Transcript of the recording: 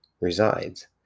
resides